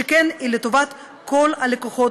שכן היא לטובת כל הלקוחות,